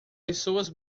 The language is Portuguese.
pessoas